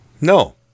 No